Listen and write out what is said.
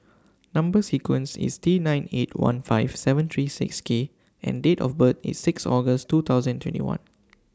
Number sequence IS T nine eight one five seven three six K and Date of birth IS six August two thousand and twenty one